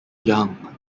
young